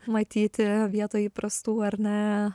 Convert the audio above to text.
matyti vietoj įprastų ar ne